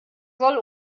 soll